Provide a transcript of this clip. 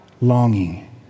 longing